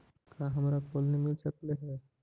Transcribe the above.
का हमरा कोलनी मिल सकले हे?